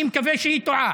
אני מקווה שהיא טועה.